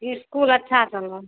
school अच्छा चल रहा